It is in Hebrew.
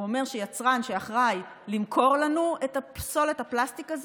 הוא אומר שיצרן שאחראי למכור לנו את פסולת הפלסטיק הזו,